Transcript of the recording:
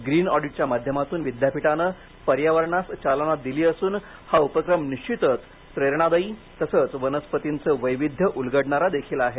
green ऑडिटच्या माध्यमातून विद्यापीठाने पर्यावरणास चालना दिली असून हा उपक्रम निश्वितच प्रेरणादायी तसच वनस्पतींचे वैविध्य उलगडणारादेखील आहे